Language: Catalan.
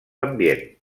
ambient